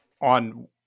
on